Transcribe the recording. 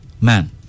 man